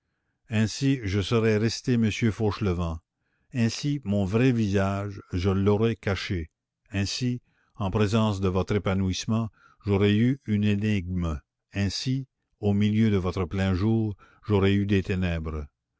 ainsi je serais resté monsieur fauchelevent ainsi mon vrai visage je l'aurais caché ainsi en présence de votre épanouissement j'aurais eu une énigme ainsi au milieu de votre plein jour j'aurais eu des ténèbres